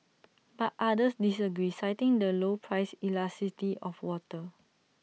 but others disagree citing the low price elasticity of water